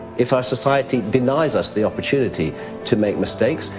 if our society denies us the opportunity to make mistakes,